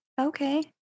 Okay